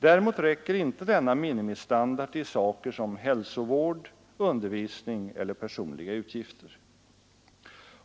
Däremot räcker inte denna minimistandard till saker som hälsovård, undervisning eller personliga utgifter.